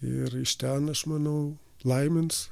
ir iš ten aš manau laimins